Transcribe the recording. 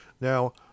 Now